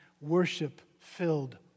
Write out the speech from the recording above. worship-filled